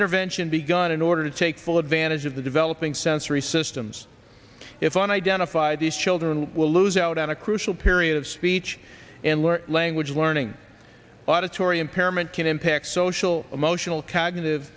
intervention begun in order to take full advantage of the developing sensory systems if and identify these children will lose out on a crucial period of speech and learn language learning auditory impairment can impact social emotional cognitive